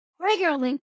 regularly